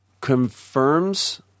confirms